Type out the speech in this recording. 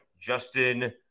Justin